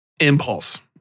impulse